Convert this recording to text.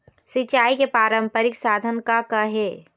सिचाई के पारंपरिक साधन का का हे?